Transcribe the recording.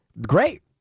great